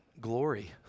Glory